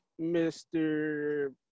Mr